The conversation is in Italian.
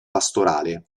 pastorale